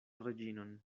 reĝinon